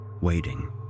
waiting